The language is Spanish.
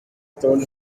todos